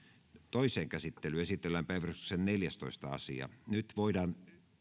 toiseen käsittelyyn esitellään päiväjärjestyksen neljästoista asia nyt voidaan